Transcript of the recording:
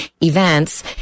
events